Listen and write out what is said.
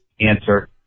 answer